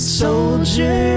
soldier